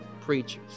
preachers